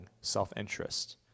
self-interest